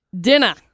dinner